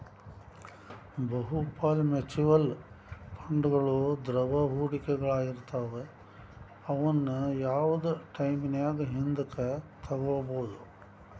ಬಹುಪಾಲ ಮ್ಯೂಚುಯಲ್ ಫಂಡ್ಗಳು ದ್ರವ ಹೂಡಿಕೆಗಳಾಗಿರ್ತವ ಅವುನ್ನ ಯಾವ್ದ್ ಟೈಮಿನ್ಯಾಗು ಹಿಂದಕ ತೊಗೋಬೋದು